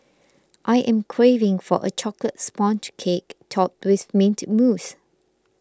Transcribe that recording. I am craving for a Chocolate Sponge Cake Topped with Mint Mousse